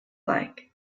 like